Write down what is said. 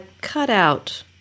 cutout